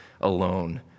alone